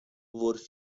vor